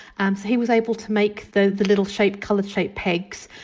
um so, he was able to make the the little shaped colour shaped pegs.